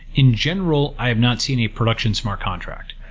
in general, i have not seen a production smart contract.